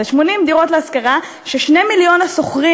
אלה 80 דירות להשכרה ש-2,000,000 השוכרים